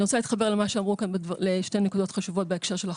אני רוצה להתחבר לשתי נקודות חשובות בהקשר של החוק.